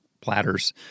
platters